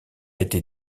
été